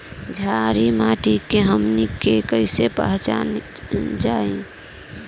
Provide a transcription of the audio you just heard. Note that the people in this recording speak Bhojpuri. छारी माटी के हमनी के कैसे पहिचनल जाइ?